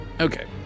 okay